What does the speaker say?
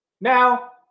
Now